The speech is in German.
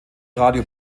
radio